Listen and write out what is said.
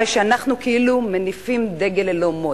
הרי שאנחנו כאילו מניפים דגל ללא מוט.